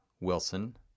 wilson